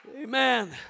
Amen